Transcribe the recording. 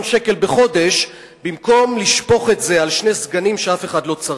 שקל בחודש במקום לשפוך את זה על שני סגנים שאף אחד לא צריך,